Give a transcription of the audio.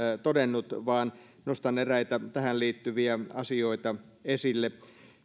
todennut vaan nostan eräitä tähän liittyviä asioita esille